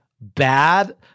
bad